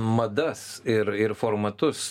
madas ir ir formatus